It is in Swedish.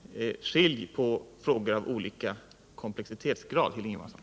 Skilj på frågor av olika komplexitetsgrad, Hilding Johansson!